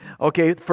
okay